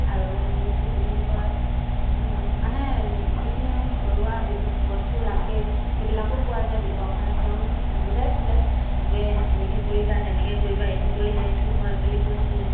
আৰু কি বুলি কয় মানে যিখিনি আমি ঘৰুৱা বস্তু লাগে সেইবিলাকো পোৱা যায় ব্যৱসায়ত তেওঁ মোক বুজাইছিলে যে এনেকৈ কৰিবা তেনেকৈ কৰিবা এইটো কৰিলে এইটো হয় বুলি কৈছিলে